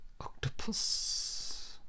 Octopus